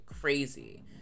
crazy